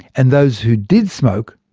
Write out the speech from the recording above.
and those who did smoke,